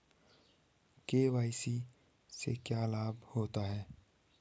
KYC से क्या लाभ होता है?